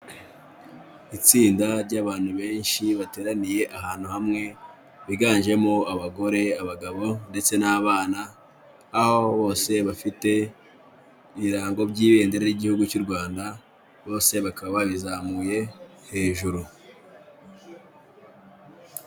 Itsinda ry'abantu benshi bateraniye ahantu hamwe, biganjemo abagore, abagabo, ndetse n'abana. Bose bafite ibirango by'ibendera ry'igihugu cy'u Rwanda, bose bakaba babizamuye hejuru.